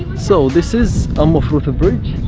so, this is umm ah fruth bridge